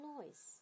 noise